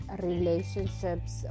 relationships